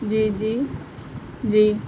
جی جی جی